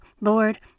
Lord